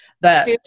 that-